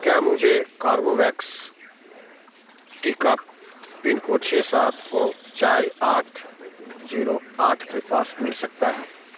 क्या मुझे कोर्बेवैक्स टीका पिन कोड छः सात चार आठ जीरो आठ के पास मिल सकता है